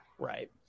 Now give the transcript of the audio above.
Right